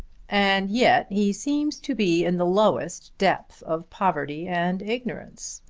and yet he seems to be in the lowest depth of poverty and ignorance.